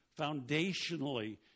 foundationally